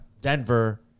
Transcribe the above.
Denver